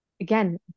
again